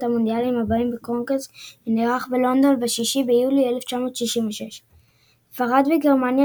המונדיאלים הבאים בקונגרס שנערך בלונדון ב-6 ביולי 1966. ספרד וגרמניה,